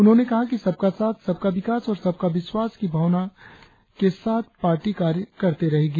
उन्होंने कहा कि सबका साथ सबका विकास और सबका विश्वास की भावना की साथ पार्टी कार्य करती रहेंगी